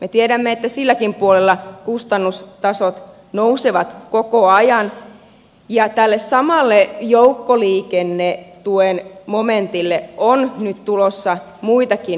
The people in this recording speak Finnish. me tiedämme että silläkin puolella kustannustasot nousevat koko ajan ja tälle samalle joukkoliikennetuen momentille on nyt tulossa muitakin ottajia